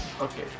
Okay